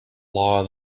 law